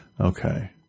Okay